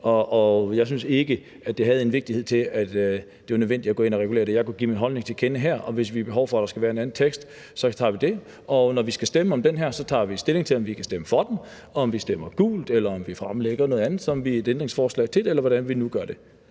jeg synes ikke, det havde en vigtighed til, at det var nødvendigt at gå ind og regulere det. Jeg kunne give min holdning til kende her, og hvis vi har behov for, at der skal være en anden tekst, tager vi det, og når vi skal stemme om det her, tager vi stilling til, om vi kan stemme for det, om vi stemmer gult, eller om vi fremlægger noget andet til det – et ændringsforslag, eller hvordan vi nu gør det.